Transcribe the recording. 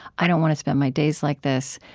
i don't want to spend my days like this.